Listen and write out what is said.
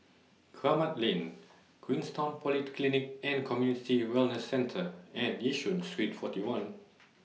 Kramat Lane Queenstown Polyclinic and Community Wellness Centre and Yishun Street forty one